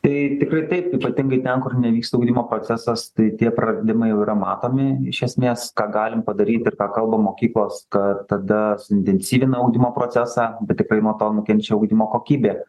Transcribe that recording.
tai tikrai taip ypatingai ten kur nevyksta ugdymo procesas tai tie praradimai jau yra matomi iš esmės ką galim padaryti ir tą kalbą mokyklos kad tada suintensyvina ugdymo procesą bet tikrai nuo to nukenčia ugdymo kokybė